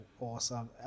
awesome